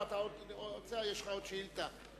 יש עוד שאילתא.